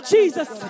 Jesus